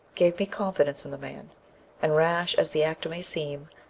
gave me confidence in the man and rash as the act may seem,